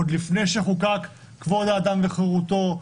עוד לפני שחוקק כבוד האדם וחירותו.